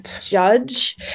judge